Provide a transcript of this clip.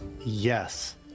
Yes